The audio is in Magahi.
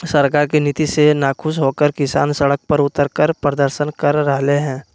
सरकार के नीति से नाखुश होकर किसान सड़क पर उतरकर प्रदर्शन कर रहले है